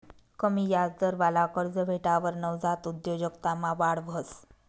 कमी याजदरवाला कर्ज भेटावर नवजात उद्योजकतामा वाढ व्हस